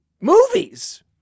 movies